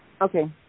Okay